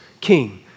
king